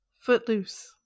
footloose